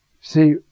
See